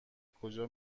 کجا